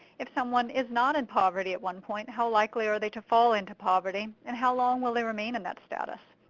if someone is not in poverty at one point, how likely are they to fall into poverty, and how long will they remain in that status?